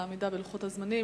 על העמידה בלוחות הזמנים.